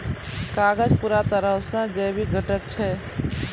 कागज पूरा तरहो से जैविक घटक छै